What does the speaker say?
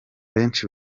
benshi